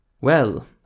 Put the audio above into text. Well